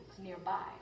nearby